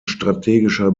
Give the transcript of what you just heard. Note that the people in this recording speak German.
strategischer